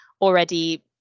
already